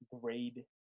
grade